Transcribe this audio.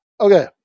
Okay